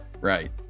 Right